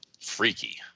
freaky